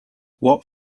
what